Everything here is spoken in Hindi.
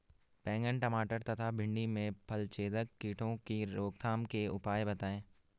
बैंगन टमाटर तथा भिन्डी में फलछेदक कीटों की रोकथाम के उपाय बताइए?